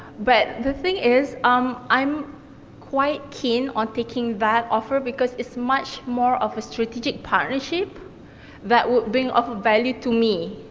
but the thing is, um i'm quite keen on taking that offer, because it's much more of a strategy partnership that will bring up value to me.